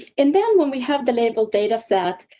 and then when we have the label data set,